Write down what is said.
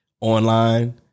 online